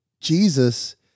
Jesus